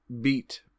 beat